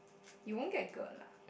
you wouldn't get girl lah